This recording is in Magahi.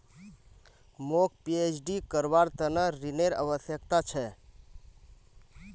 मौक पीएचडी करवार त न ऋनेर आवश्यकता छ